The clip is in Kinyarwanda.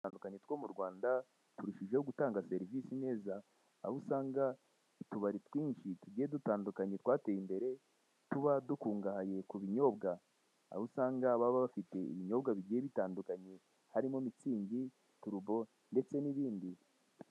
Dutandukanye two mu Rwanda turushijeho gutanga serivise neza, aho usanga utubari twinshi twateye imbere tuba dukungahaye ku binyobwa. Aho usanga baba bafite ibinyobwa bigiye bitandukanye harimo, mitsingi, turubo, ndetse n'ibindi.